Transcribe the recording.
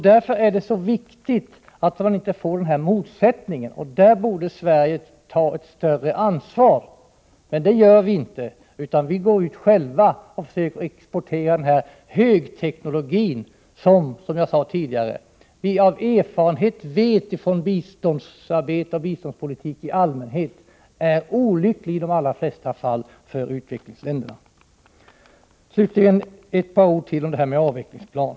Därför är det så viktigt att denna motsättning inte uppstår. I fråga om detta borde Sverige ta ett större ansvar. Men det gör vi inte, utan vi går ut själva och försöker exportera den högteknologi som, vilket jag sade tidigare, vi av erfarenhet från biståndsarbete och biståndspolitik i allmänhet vet är olycklig i de allra flesta fall för utvecklingsländerna. Slutligen några ord om avvecklingsplanen.